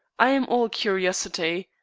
i am all curiosity.